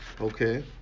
Okay